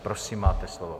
Prosím, máte slovo.